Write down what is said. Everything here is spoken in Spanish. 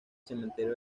cementerio